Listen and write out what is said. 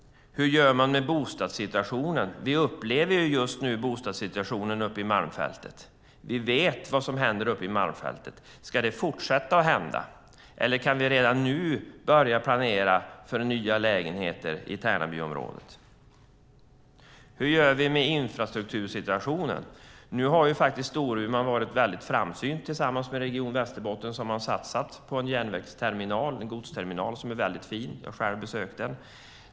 Hur gör man med bostadssituationen? Vi upplever just nu bostadssituationen uppe i malmfältet. Vi vet vad som händer uppe i malmfältet. Ska det fortsätta att hända? Eller kan vi redan nu börja planera för nya lägenheter i Tärnabyområdet? Hur gör vi med infrastruktursituationen? Nu har faktiskt Storuman varit väldigt framsynt. Tillsammans med Region Västerbotten har man satsat på en järnvägsterminal, en godsterminal, som är väldigt fin. Jag har själv besökt den.